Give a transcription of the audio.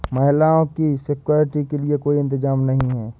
महिलाओं की सिक्योरिटी के लिए कोई इंतजाम नहीं है